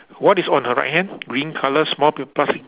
what is on her right hand green colour small p~ plastic